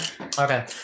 Okay